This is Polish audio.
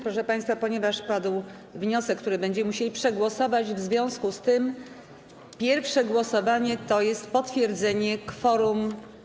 Proszę państwa, padł wniosek, który będziemy musieli przegłosować, w związku z tym pierwsze głosowanie to jest potwierdzenie kworum.